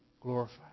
glorified